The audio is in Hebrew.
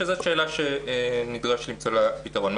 זאת שאלה שנדרש למצוא לה פתרון.